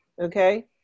okay